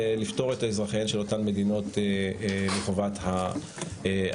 לפטור את אזרחיהן של אותן מדינות מחובת האשרה.